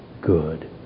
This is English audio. good